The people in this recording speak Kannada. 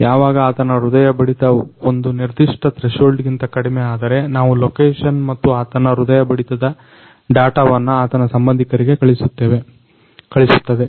ಯಾವಾಗ ಆತನ ಹೃದಯ ಬಡಿತ ಒಂದು ನಿರ್ದಿಷ್ಟ ಥ್ರೆಶೋಲ್ಡ್ಗಿಂತ ಕಡಿಮೆಯಾದರೆ ನಾವು ಲೋಕೆಷನ್ ಮತ್ತು ಆತನ ಹೃದಯಬಡಿತದ ಡಾಟವನ್ನ ಆತನ ಸಂಬAಧೀಕರಿಗೆ ಕಳಿಸುತ್ತದೆ